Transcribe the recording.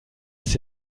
ist